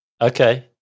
Okay